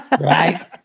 Right